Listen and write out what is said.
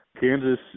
Kansas